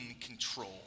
control